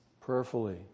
prayerfully